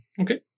Okay